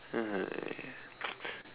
!aiya!